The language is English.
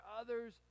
others